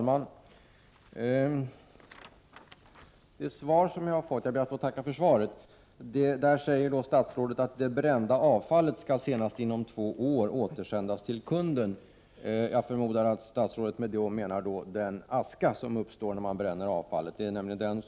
Herr talman! Jag ber att få tacka för svaret. I det sägs att det brända avfallet senast inom två år skall återsändas till kunden. Jag förmodar att ministern menar den aska som uppstår när man bränner avfallet.